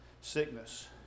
sickness